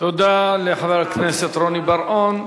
תודה לחבר הכנסת רוני בר-און.